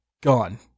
gone